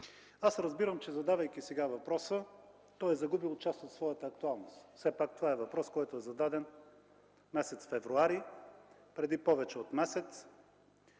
Аз разбирам, че задавайки сега въпроса, той е загубил своята актуалност. Все пак това е въпрос, който е зададен през месец февруари, преди повече от месец.